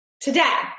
today